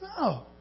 No